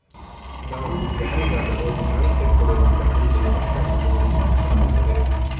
ನಾವು ಯಾರಿಗಾದರೂ blank cheque ಕೊಡೋದ್ರಿಂದ ಮುಂದೆ ಕಷ್ಟ ಅನುಭವಿಸಬೇಕಾಗುತ್ತದೆ